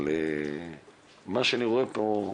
אבל מה שאני רואה פה,